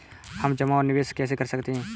हम जमा और निवेश कैसे कर सकते हैं?